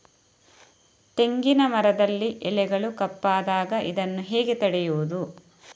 ತೆಂಗಿನ ಮರದಲ್ಲಿ ಎಲೆಗಳು ಕಪ್ಪಾದಾಗ ಇದನ್ನು ಹೇಗೆ ತಡೆಯುವುದು?